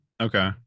Okay